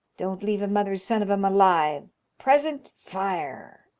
don't leave a mother's son of em alive present, fire!